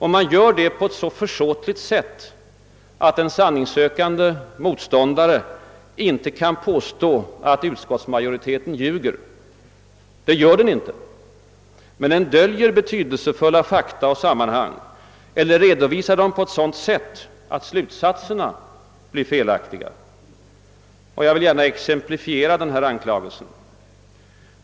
Man gör det på ett så försåtligt sätt, att en sanningssökande motståndare inte kan påstå att utskottsmajoriteten ljuger. Det gör den inte, men den döljer betydelsefulla fakta och sammanhang eller redovisar dem på ett sådant sätt att slutsatserna blir felaktiga. Jag vill gärna exemplifiera den anklagelsen.